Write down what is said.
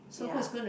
ya